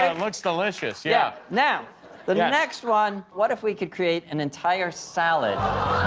ah and looks delicious. yeah. now, the yeah next one what if we could create an entire salad?